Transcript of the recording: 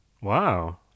Wow